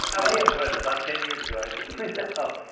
how are you? pleasure, about ten years ago please sit. oh.